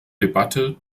debatte